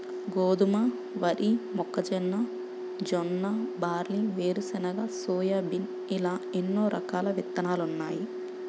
గోధుమ, వరి, మొక్కజొన్న, జొన్న, బార్లీ, వేరుశెనగ, సోయాబీన్ ఇలా ఎన్నో రకాల విత్తనాలున్నాయి